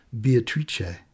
Beatrice